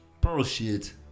Bullshit